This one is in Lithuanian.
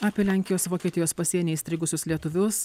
apie lenkijos vokietijos pasieny įstrigusius lietuvius